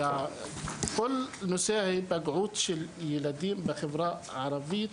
כי כל נושא הפגיעות בעבודה של נערים בחברה הערבים,